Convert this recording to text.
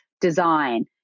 design